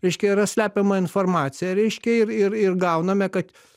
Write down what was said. reiškia yra slepiama informacija reiškia ir ir ir gauname kad